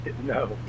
No